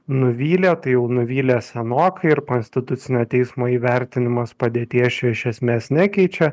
nuvylė tai jau nuvylė senokai ir konstitucinio teismo įvertinimas padėties čia iš esmės nekeičia